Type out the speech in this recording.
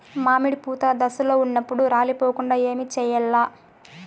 మామిడి పూత దశలో ఉన్నప్పుడు రాలిపోకుండ ఏమిచేయాల్ల?